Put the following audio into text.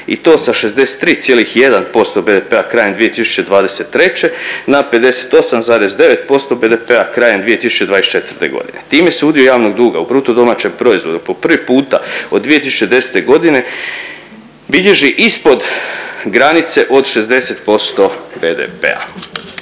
i to sa 63,1% BDP-a krajem 2023. na 58,9% BDP-a krajem 2024.g.. Time se udio javnog duga u BDP-u po prvi puta od 2010.g. bilježi ispod granice od 60% BDP-a.